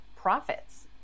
Profits